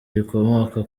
rikomoka